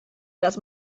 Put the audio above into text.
dass